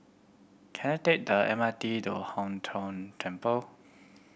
can I take the M R T to Hong Tho Temple